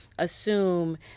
assume